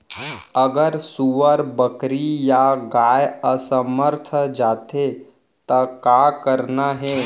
अगर सुअर, बकरी या गाय असमर्थ जाथे ता का करना हे?